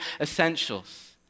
essentials